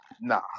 Nah